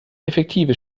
effektive